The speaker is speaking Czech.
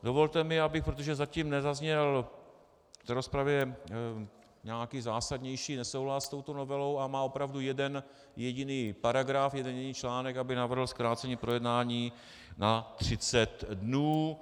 Dovolte mi, protože zatím nezazněl v rozpravě žádný zásadnější nesouhlas s touto novelou, a má opravdu jeden jediný paragraf, jeden jediný článek, abych navrhl zkrácení projednání na třicet dnů.